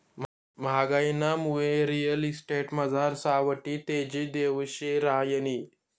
म्हागाईनामुये रिअल इस्टेटमझार सावठी तेजी दिवशी रहायनी